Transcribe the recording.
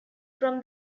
from